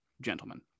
gentlemen